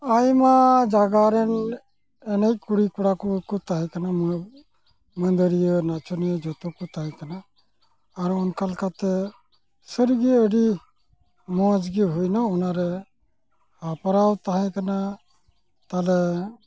ᱟᱭᱢᱟ ᱡᱟᱜᱟᱨᱮᱱ ᱮᱱᱮᱡ ᱠᱩᱲᱤᱼᱠᱚᱲᱟᱠᱚᱠᱚ ᱛᱟᱦᱮᱸᱠᱟᱱᱟ ᱢᱟᱺᱫᱟᱹᱲᱤᱭᱟᱹ ᱱᱟᱪᱚᱱᱤᱭᱟᱹ ᱡᱚᱛᱚᱠᱚ ᱛᱟᱦᱮᱸᱠᱟᱱᱟ ᱟᱨ ᱚᱱᱞᱟ ᱞᱮᱠᱟᱛᱮ ᱥᱟᱹᱨᱤᱜᱮ ᱟᱹᱰᱤ ᱢᱚᱡᱽᱜᱮ ᱦᱩᱭᱮᱱᱟ ᱚᱱᱟᱨᱮ ᱦᱮᱯᱨᱟᱣ ᱛᱟᱦᱮᱸ ᱠᱟᱱᱟ ᱛᱟᱦᱚᱞᱮ